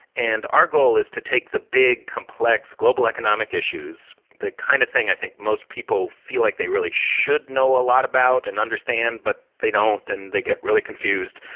and our goal is to take the big, complex, global economic issues, the kind of thing i think most people feel like they really should know a lot about and understand but they don't and they get really confused.